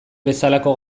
bezalako